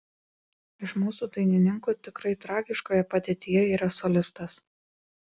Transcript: iš mūsų dainininkų tikrai tragiškoje padėtyje yra solistas